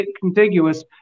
contiguous